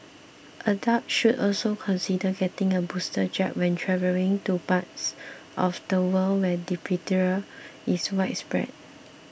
adults should also consider getting a booster jab when travelling to parts of the world where diphtheria is widespread